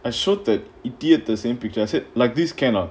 I showed that idiot the same picture I said like this can or not